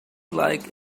like